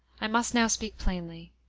i must now speak plainly.